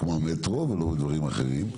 כמו המטרו ודברים אחרים,